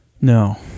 No